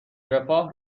رفاه